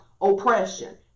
oppression